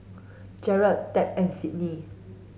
Jerrell Tab and Sydnee